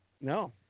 No